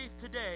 today